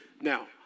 Now